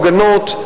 הפגנות.